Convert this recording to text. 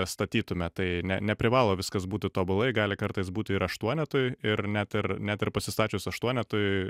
statytume tai ne neprivalo viskas būtų tobulai gali kartais būti ir aštuonetui ir net ir net ir pasistačius aštuonetui